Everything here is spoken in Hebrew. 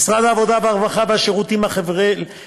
למשרד העבודה, הרווחה והשירותים החברתיים